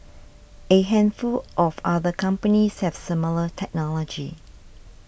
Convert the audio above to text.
a handful of other companies have similar technology